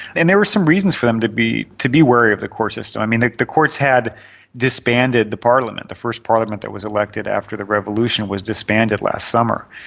and there were some reasons for him to be to be wary of the court system. the the courts had disbanded the parliament the first parliament that was elected after the revolution was disbanded last summer.